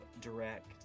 direct